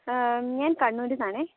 ഞാൻ കണ്ണൂരിൽ നിന്നാണേ